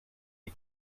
die